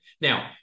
Now